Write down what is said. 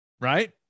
right